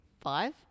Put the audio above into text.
Five